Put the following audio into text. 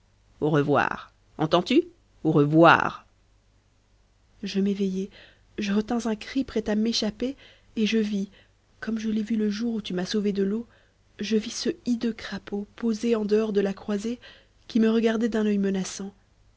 au revoir entends-tu au revoir je m'éveillai je retins un cri prêt à m'échapper et je vis comme je l'ai vu le jour où tu m'as sauvée de l'eau je vis ce hideux crapaud posé en dehors de la croisée qui me regardait d'un oeil menaçant